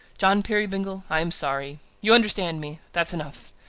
john peerybingle, i am sorry. you understand me that's enough.